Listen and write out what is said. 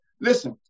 listen